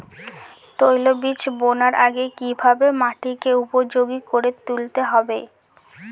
তৈলবীজ বোনার আগে কিভাবে মাটিকে উপযোগী করে তুলতে হবে?